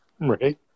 Right